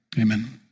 Amen